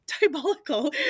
diabolical